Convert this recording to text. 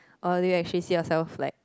or do you actually see yourself like